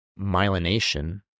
myelination